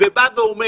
ואומר